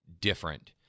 different